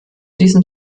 diesem